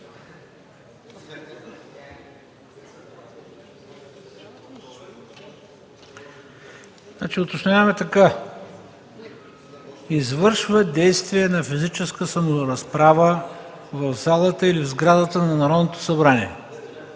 Уточняваме така: „извършва действие на физическа саморазправа в залата или в сградата на Народното събрание”.